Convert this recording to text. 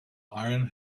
iron